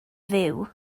fyw